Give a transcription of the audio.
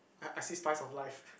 I I see spice of life